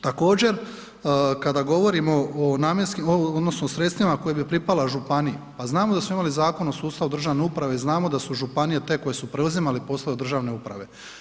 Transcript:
Također, kada govorimo o namjenskim odnosno sredstvima koje bi pripale županiji, pa znamo da smo imali Zakon o sustavu državne uprave i znamo da su županije te koje su preuzimali posao državne uprave.